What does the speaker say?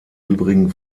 übrigen